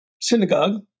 synagogue